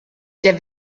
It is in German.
der